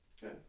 Good